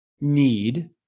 need